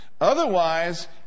Otherwise